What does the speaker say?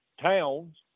towns